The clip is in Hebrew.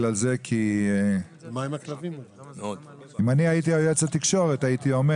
אם הייתי יועץ תקשורת הייתי אומר